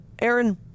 Aaron